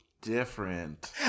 different